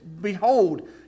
Behold